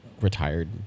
retired